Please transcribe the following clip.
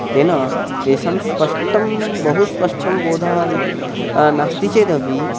तेन तेषां स्पष्टं बहु स्पष्टं बोधः नास्ति चेदपि